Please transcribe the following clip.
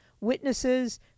witnesses